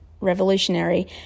revolutionary